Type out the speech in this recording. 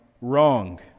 wrong